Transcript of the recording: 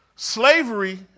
Slavery